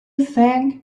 think